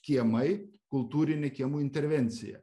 kiemai kultūrinė kiemų intervencija